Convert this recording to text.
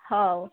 ହେଉ